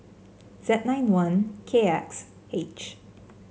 Z nine one K X H